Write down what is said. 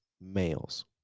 males